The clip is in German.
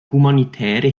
humanitäre